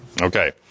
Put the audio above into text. Okay